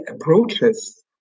approaches